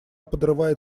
подрывает